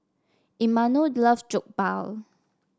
Imanol loves Jokbal